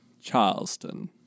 Charleston